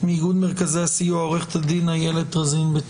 מארגון מרכזי הסיוע עורכת הדין איילת רזין בית